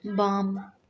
बाम